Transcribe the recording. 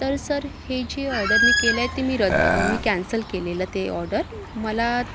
तर सर हे जे ऑर्डर मी केलंय ते मी रद्द मी कॅन्सल केलेलं ते ऑर्डर मला